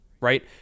right